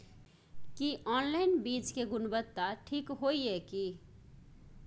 की online बीज के गुणवत्ता ठीक होय ये की?